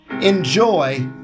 Enjoy